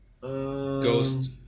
Ghost